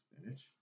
spinach